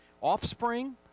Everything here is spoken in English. offspring